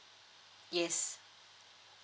yes